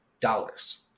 Dollars